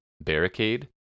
barricade